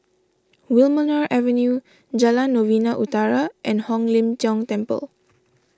Wilmonar Avenue Jalan Novena Utara and Hong Lim Jiong Temple